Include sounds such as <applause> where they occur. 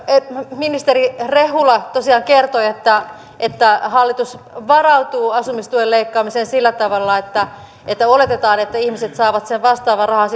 ministeri rehula tosiaan kertoi että että hallitus varautuu asumistuen leikkaamiseen sillä tavalla että että oletetaan että ihmiset saavat sen vastaavan rahan <unintelligible>